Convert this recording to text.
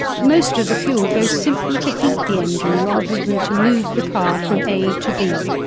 most of the fuel goes simply to heat the engine rather than to move the car from a to b.